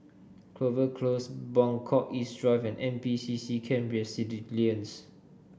Clover Close Buangkok East Drive and N P C C Camp Resilience